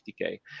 50k